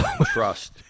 Trust